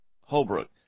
Holbrook